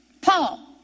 Paul